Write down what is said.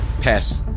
Pass